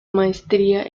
maestría